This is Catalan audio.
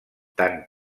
tant